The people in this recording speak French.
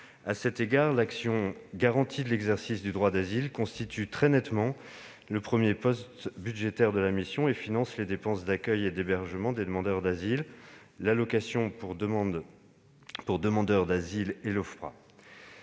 À cet égard, l'action n° 02, Garantie de l'exercice du droit d'asile, constitue très nettement le premier poste budgétaire de la mission et finance les dépenses d'accueil et d'hébergement des demandeurs d'asile, l'allocation pour demandeurs d'asile et l'Ofpra.